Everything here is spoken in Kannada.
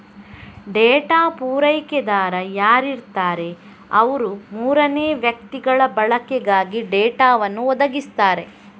ಡೇಟಾ ಪೂರೈಕೆದಾರ ಯಾರಿರ್ತಾರೆ ಅವ್ರು ಮೂರನೇ ವ್ಯಕ್ತಿಗಳ ಬಳಕೆಗಾಗಿ ಡೇಟಾವನ್ನು ಒದಗಿಸ್ತಾರೆ